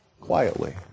quietly